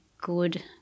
good